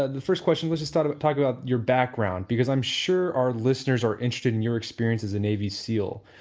ah the first question, let's just start but talking about your background, because i'm sure our listeners are interested in your experience as a navy seal.